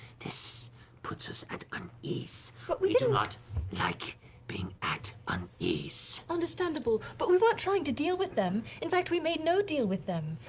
this puts us at um unease. but we do not like being at unease. laura understandable. but we weren't trying to deal with them. in fact, we made no deal with them.